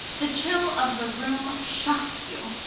the chill of the room shocks you.